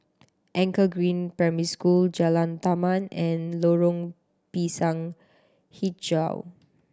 Anchor Green Primary School Jalan Taman and Lorong Pisang Hijau